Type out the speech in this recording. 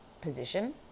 position